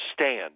stand